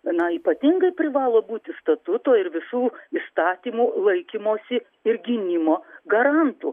na ypatingai privalo būti statuto ir visų įstatymų laikymosi ir gynimo garantu